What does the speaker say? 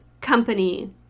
company